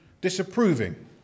disapproving